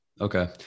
Okay